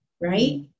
right